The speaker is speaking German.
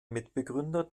mitbegründer